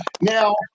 Now